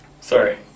Sorry